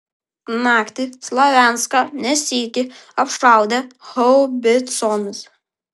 naktį slavianską ne sykį apšaudė haubicomis